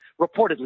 reportedly